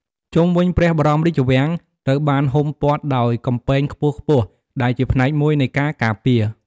ជុំវិញព្រះបរមរាជវាំង ត្រូវបានហ៊ុមព័ទ្ធដោយ កំពែងខ្ពស់ៗ ដែលជាផ្នែកមួយនៃការការពារ។